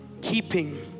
keeping